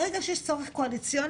ברגע שיש צורך קואליציוני,